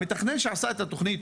המתכנן הצרפתי שעשה את התוכנית,